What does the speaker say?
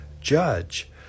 judge